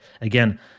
again